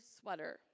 sweater